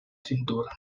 cintura